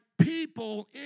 people